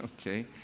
okay